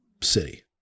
city